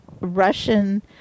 Russian